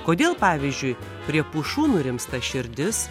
kodėl pavyzdžiui prie pušų nurimsta širdis